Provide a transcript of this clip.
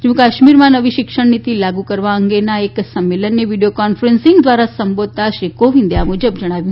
જમ્મુ કાશ્મીરમાં નવી શિક્ષણનીતી લાગુ કરવા અંગેના એક સંમેલને વીડીયો કોન્ફરન્સ ધ્વારા સંબોધતા શ્રી કોવિંદે આ મુજબ જણાવ્યું